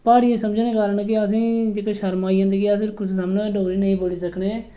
प्हाड़िये समझने दे कारण जेह्की असेंगी शर्म आई जंदी ते फिर अस कुसै दे सामनै डोगरी नेईं बोल्ली सकने